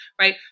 right